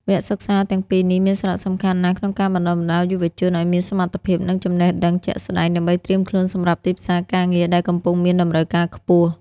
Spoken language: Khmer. វគ្គសិក្សាទាំងពីរនេះមានសារៈសំខាន់ណាស់ក្នុងការបណ្តុះបណ្តាលយុវជនឱ្យមានសមត្ថភាព និងចំណេះដឹងជាក់ស្តែង ដើម្បីត្រៀមខ្លួនសម្រាប់ទីផ្សារការងារដែលកំពុងមានតម្រូវការខ្ពស់។